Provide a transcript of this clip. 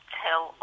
tell